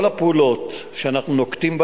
כל הפעולות שאנחנו נוקטים,